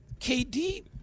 KD